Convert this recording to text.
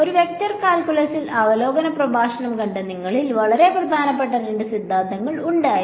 ഒരു വെക്റ്റർ കാൽക്കുലസിൽ അവലോകന പ്രഭാഷണം കണ്ട നിങ്ങളിൽ വളരെ പ്രധാനപ്പെട്ട രണ്ട് സിദ്ധാന്തങ്ങൾ ഉണ്ടായിരുന്നു